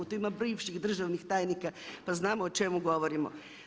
Tu ima bivših državnih tajnika pa znamo o čemu govorimo.